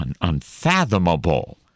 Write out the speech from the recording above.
unfathomable